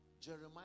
Jeremiah